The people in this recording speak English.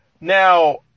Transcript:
Now